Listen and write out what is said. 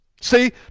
See